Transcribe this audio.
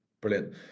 Brilliant